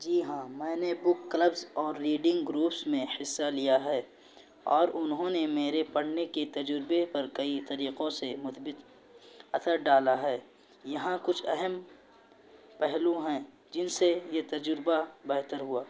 جی ہاں میں نے بک کلبس اور ریڈنگ گروپس میں حصہ لیا ہے اور انہوں نے میرے پڑھنے کے تجربے پر کئی طریقوں سے مثبت اثر ڈالا ہے یہاں کچھ اہم پہلو ہیں جن سے یہ تجربہ بہتر ہوا